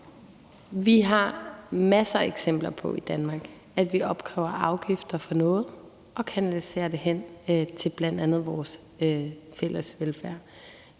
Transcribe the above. Danmark masser af eksempler på, at vi opkræver afgifter for noget og kanaliserer det hen til bl.a. vores fælles velfærd.